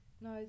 no